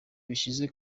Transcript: bishize